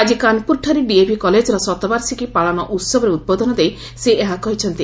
ଆଜି କାନପୁରଠାରେ ଡିଏଭି କଲେଜର ଶତବାର୍ଷିକ ପାଳନ ଉତ୍ସବରେ ଉଦ୍ବୋଧନ ଦେଇ ସେ ଏହା କହିଛନ୍ତି